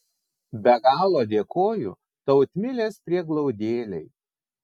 be galo dėkoju tautmilės prieglaudėlei